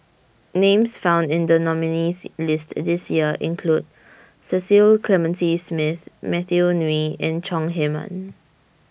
Names found in The nominees' list This Year include Cecil Clementi Smith Matthew Ngui and Chong Heman